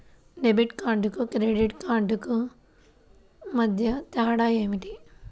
Debit కార్డుకు credit credit కార్డుకు మధ్య తేడా ఏమిటీ?